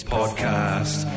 Podcast